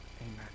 Amen